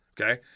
Okay